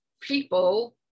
people